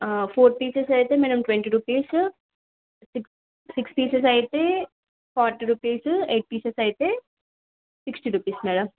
four pieces అయితే madam twenty rupees six six pieces అయితే forty rupees eight pieces అయితే sixty rupees madam